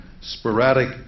sporadic